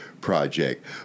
project